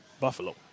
Buffalo